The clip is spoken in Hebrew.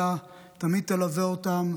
תמיד תלווה אותם.